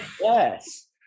yes